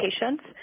patients